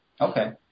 Okay